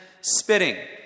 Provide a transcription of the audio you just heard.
spitting